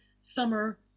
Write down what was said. summer